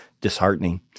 disheartening